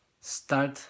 Start